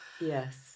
Yes